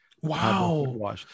Wow